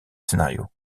scénarios